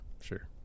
sure